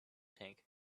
tank